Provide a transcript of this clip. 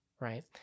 right